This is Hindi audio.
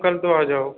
तो कल तो आ जाओ